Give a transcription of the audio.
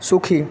সুখী